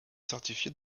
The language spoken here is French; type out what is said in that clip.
certifié